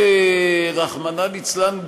רחמנא ליצלן,